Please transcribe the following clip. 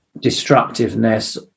destructiveness